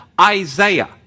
Isaiah